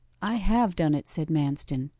i have done it said manston.